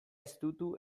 estutu